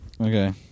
Okay